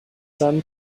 son